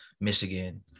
michigan